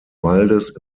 waldes